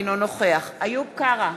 אינו נוכח איוב קרא,